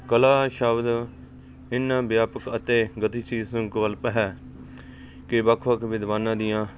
ਕਲਾ ਸ਼ਬਦ ਇੰਨਾਂ ਵਿਆਪਕ ਅਤੇ ਗਤੀਸ਼ੀਲ ਸੰਕਲਪ ਹੈ ਕਿ ਵੱਖ ਵੱਖ ਵਿਦਵਾਨਾਂ ਦੀਆਂ